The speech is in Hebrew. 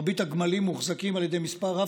מרבית הגמלים מוחזקים על ידי מספר רב